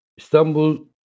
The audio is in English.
Istanbul